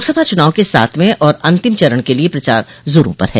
लोकसभा चुनाव के सातवें और अंतिम चरण के लिये प्रचार जोरों पर है